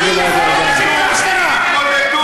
תתמודדו עם הבעיה.